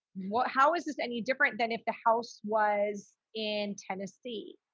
what, how is this any different than if the house was in tennessee?